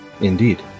Indeed